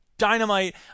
dynamite